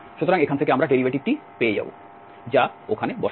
সুতরাং এখান থেকে আমরা ডেরিভেটিভটি পেয়ে যাব যা ওখানে বসাবো